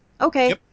okay